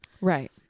right